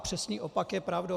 Přesný opak je pravdou.